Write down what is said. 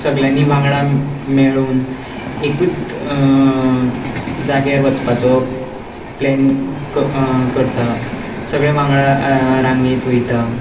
सगल्यांनी वांगडा मेळून एकूच जाग्यार वचपाचो प्लॅन करता सगले वांगडा रांगेंत वयता